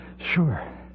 Sure